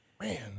man